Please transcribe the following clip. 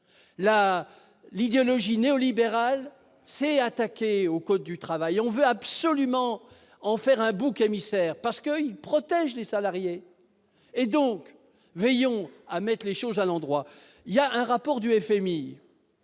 L'idéologie néolibérale s'est attaquée au code du travail, dont on veut absolument faire un bouc émissaire, parce qu'il protège les salariés. Veillons donc à remettre les choses à l'endroit. Selon un rapport du FMI,